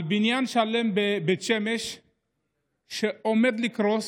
על בניין שלם בבית שמש שעומד לקרוס.